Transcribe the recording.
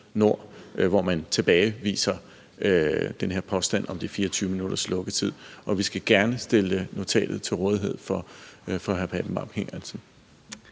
hvor man tilbageviser den her påstand om de 24 minutters lukketid. Vi skal gerne stille notatet til rådighed for hr. Preben Bang Henriksen.